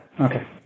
Okay